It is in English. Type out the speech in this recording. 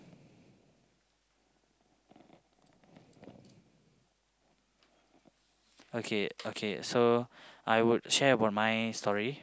okay okay so I would share about my story